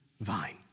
vine